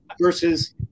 versus